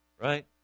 right